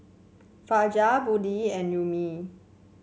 Fajar Budi and Ummi